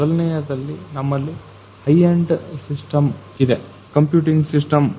ಮೊದಲನೆಯದು ನಮ್ಮಲ್ಲಿ high end system ಇದೆ ಕಂಪ್ಯೂಟಿಂಗ್ ಸಿಸ್ಟಮ್